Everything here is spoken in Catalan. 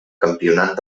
campionat